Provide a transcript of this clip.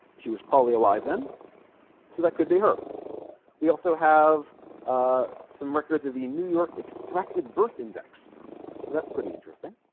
she was probably alive then so that could be her we also have ah some records of the new york extracted birth index so that's pretty interesting